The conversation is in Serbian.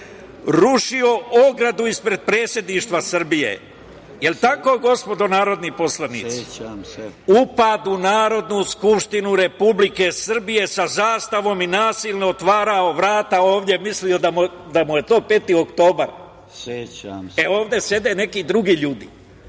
Rušio ogradu ispred Skupštine Srbije, jel tako gospodo narodni poslanici? Upad u Narodnu skupštinu Republike Srbije sa zastavom i nasilno otvarao vrata ovde, mislio da mu je to peti oktobar. E, ovde sede neki drugi ljudi,